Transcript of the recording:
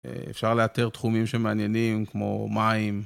אפשר לאתר תחומים שמעניינים כמו מים.